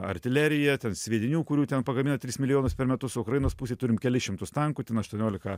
artilerija sviedinių kurių ten pagamina tris milijonus per metus o ukrainos pusėj turim kelis šimtus tankų ten aštuoniolika